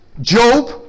Job